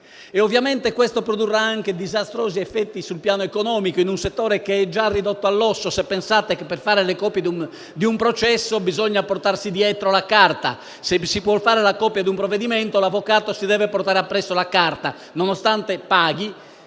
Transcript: Ovviamente questo produrrà anche disastrosi effetti sul piano economico, in un settore che è già ridotto all'osso. Pensate che per fare le copie degli atti di un processo bisogna portarsi dietro la carta. Se vuole fare la copia di un provvedimento, un avvocato deve portare con sé la carta: nonostante paghi,